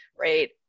right